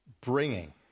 bringing